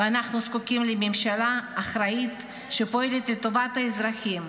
ואנחנו זקוקים לממשלה אחראית שפועלת לטובת האזרחים,